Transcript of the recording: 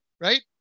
right